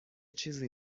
چیزی